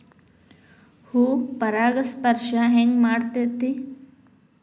ಹೂ ಪರಾಗಸ್ಪರ್ಶ ಹೆಂಗ್ ಮಾಡ್ತೆತಿ?